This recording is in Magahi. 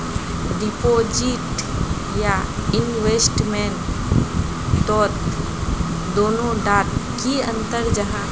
डिपोजिट या इन्वेस्टमेंट तोत दोनों डात की अंतर जाहा?